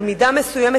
במידה מסוימת,